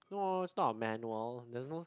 no it's not a manual there's no